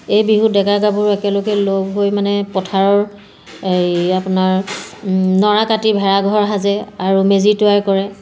এই বিহুত ডেকা গাভৰু একেলগে লগ হৈ মানে পথাৰৰ এই আপোনাৰ নৰা কাটি ভেলাঘৰ সাজে আৰু মেজি তৈয়াৰ কৰে